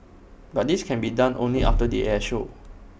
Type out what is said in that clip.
but this can be done only after the air show